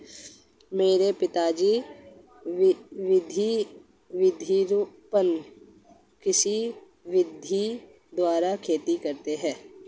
मेरे पिताजी वृक्षारोपण कृषि विधि द्वारा खेती करते हैं